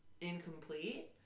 incomplete